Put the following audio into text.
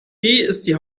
die